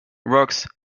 rocks